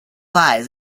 lies